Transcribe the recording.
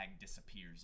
disappears